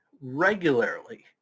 regularly